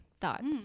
Thoughts